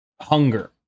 Hunger